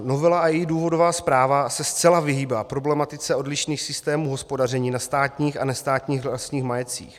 Novela a její důvodová zpráva se zcela vyhýbá problematice odlišných systémů hospodaření na státních a nestátních lesních majetcích.